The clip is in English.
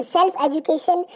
Self-Education